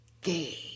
gay